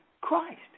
Christ